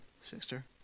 sister